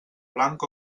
blanc